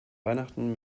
weihnachten